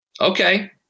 Okay